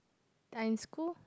are in school